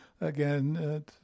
again